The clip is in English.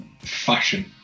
fashion